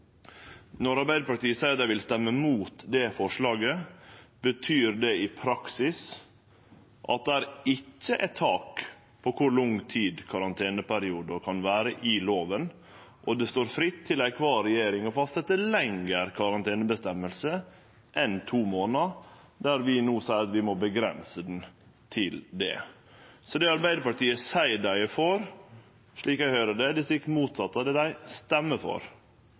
Når Arbeidarpartiet seier at dei vil stemme imot det forslaget, betyr det i praksis at det ikkje vil vere eit tak i loven for kor lang karanteneperioden kan vere, og at kvar regjering står fritt til å fastsetje ein lengre karantene enn to månader, mens vi no seier at vi vil avgrense karantenen til det. Så det Arbeidarpartiet seier at dei er for, er, slik eg høyrer det, det stikk motsette av det dei stemmer for.